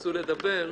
שירצו לדבר,